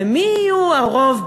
ומי יהיו הרוב,